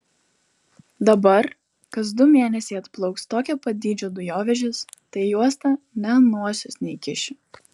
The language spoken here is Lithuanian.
dabar kas du mėnesiai atplauks tokio pat dydžio dujovežis tai į uostą nė nosies neįkiši